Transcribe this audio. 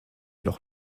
noch